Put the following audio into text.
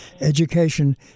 education